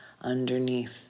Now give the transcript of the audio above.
underneath